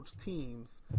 teams